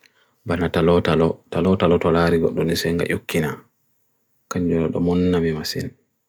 Barna talo talo talo talo talo talaari go do niseenga yuki na kanyu lo do monna mimaseen.